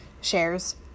shares